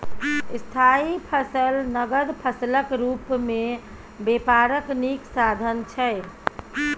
स्थायी फसल नगद फसलक रुप मे बेपारक नीक साधन छै